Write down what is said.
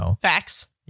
Facts